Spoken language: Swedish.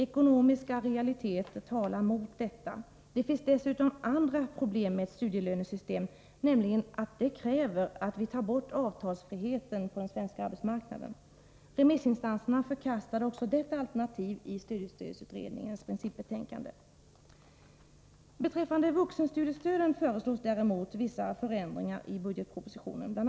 Ekonomiska realiteter talar mot detta. Det finns dessutom andra problem med ett studielönesystem, nämligen att det kräver att vi tar bort avtalsfriheten på den svenska arbetsmarknaden. Remissinstanserna förkastade också detta alternativ i studiestödsutredningens principbetänkande. Beträffande vuxenstudiestöden föreslås däremot vissa förändringar i budgetpropositionen. BI.